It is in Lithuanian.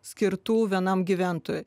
skirtų vienam gyventojui